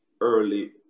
early